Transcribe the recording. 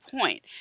point